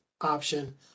option